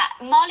Molly